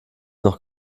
noch